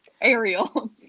Ariel